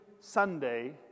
Sunday